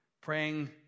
praying